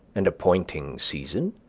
and appointed season,